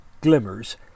glimmers